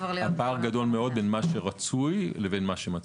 הפער גדול מאוד בין מה שרצוי לבין מה שמצוי.